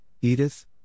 Edith